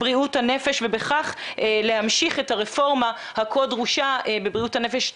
בריאות הנפש ובכך להמשיך את הרפורמה הכה דרושה בבריאות הנפש.